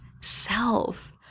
self